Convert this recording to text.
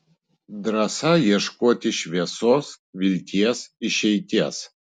drąsa ieškoti šviesos vilties išeities